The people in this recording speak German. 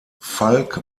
falk